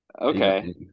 Okay